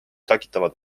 tekitavad